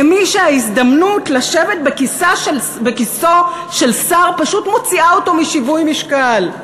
למי שההזדמנות לשבת בכיסאו של שר פשוט מוציאה אותו משיווי משקל.